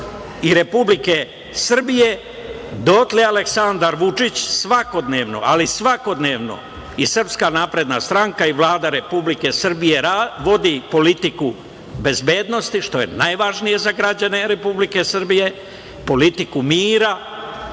i Republike Srbije, dotle Aleksandar Vučić svakodnevno, ali svakodnevno, i SNS i Vlada Republike Srbije vodi politiku bezbednosti, što je najvažnije za građane Republike Srbije, politiku mira,